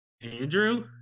Andrew